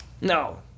no